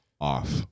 off